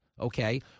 Okay